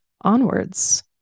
Onwards